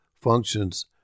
functions